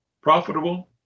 profitable